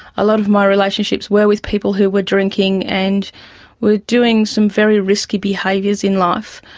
a lot of my relationships were with people who were drinking and were doing some very risky behaviours in life.